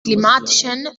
klimatischen